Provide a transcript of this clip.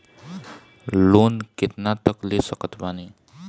Loan कितना तक ले सकत बानी?